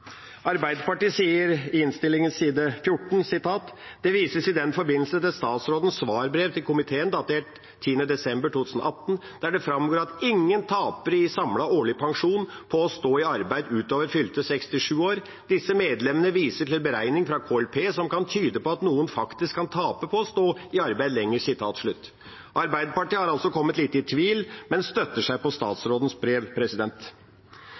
Arbeiderpartiet skriver i innstillinga, side 14: «Det vises i den forbindelse til statsrådens svarbrev til komiteen, datert 10. desember 2018, der det fremgår at ingen taper i samlet årlig pensjon på å stå i arbeid utover fylte 67 år. Disse medlemmene viser til beregninger fra KLP som kan tyde på at noen faktisk kan tape på å stå i arbeid lenger.» Arbeiderpartiet har altså kommet litt i tvil, men støtter seg på statsrådens brev.